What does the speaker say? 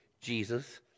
Jesus